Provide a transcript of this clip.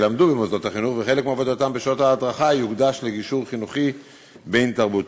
וחלק מעבודתם בשעות ההדרכה יוקדש לגישור חינוכי בין-תרבותי.